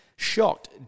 Shocked